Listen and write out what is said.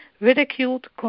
ridiculed